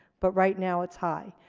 but right now it's high.